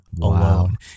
alone